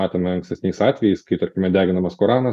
matėme ankstesniais atvejais kai tarkime deginamas koranas